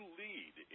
lead